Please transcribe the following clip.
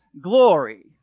glory